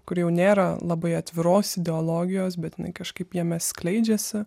kur jau nėra labai atviros ideologijos bet jinai kažkaip jame skleidžiasi